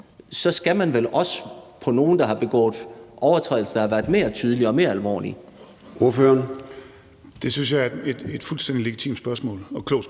skal der vel også mod nogle, der har begået overtrædelser, der har været mere tydelige og mere alvorlige.